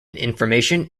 information